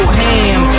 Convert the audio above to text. ham